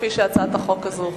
כפי שהצעת החוק הזו הוכנה.